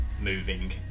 moving